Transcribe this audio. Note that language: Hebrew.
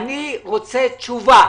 אני רוצה תשובה